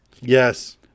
Yes